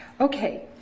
Okay